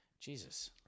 Jesus